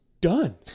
done